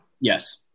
Yes